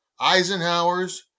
Eisenhowers